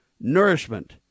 nourishment